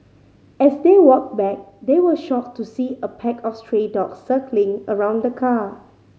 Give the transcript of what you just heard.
as they walked back they were shocked to see a pack of stray dogs circling around the car